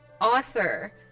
author